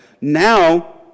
Now